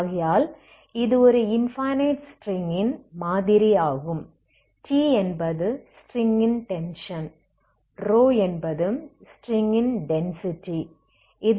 ஆகையால் இது ஒரு இன்பனைட் ஸ்ட்ரிங் ன் மாதிரி ஆகும் T என்பது ஸ்ட்ரிங் ன் டென்ஷன் என்பது ஸ்ட்ரிங் ன் டென்சிட்டி டென்சிட்டி